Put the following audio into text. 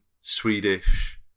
Swedish